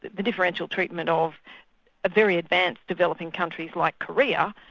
the differential treatment of very advanced developing countries like korea,